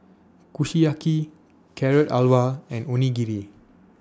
Kushiyaki Carrot Halwa and Onigiri